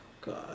God